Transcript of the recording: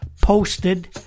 posted